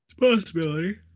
Possibility